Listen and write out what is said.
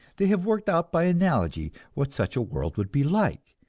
they have worked out by analogy what such a world would be like.